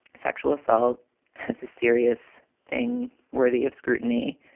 sexual assault has a serious thing worthy of scrutiny.